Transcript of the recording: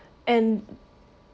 and